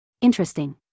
Interesting